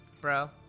bro